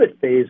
phase